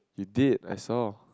you did I saw